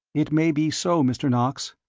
it may be so, mr. knox,